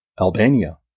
Albania